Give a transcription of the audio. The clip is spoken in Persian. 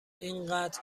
اینقدر